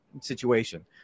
situation